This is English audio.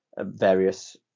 various